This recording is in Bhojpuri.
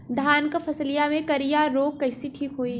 धान क फसलिया मे करईया रोग कईसे ठीक होई?